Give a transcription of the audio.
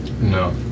No